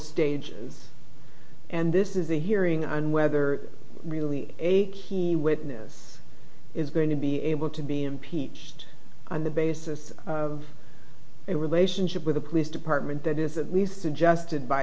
stages and this is a hearing on whether really a key witness is going to be able to be impeached on the basis of a relationship with the police department that is at least suggested by